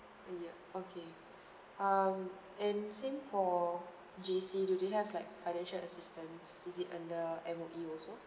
yeah okay um and same for J_C do they have like financial assistance is it under M_O_E also